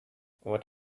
what